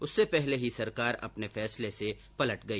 उससे पहले ही सरकार अपने फैसले से पलट गई